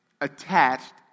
attached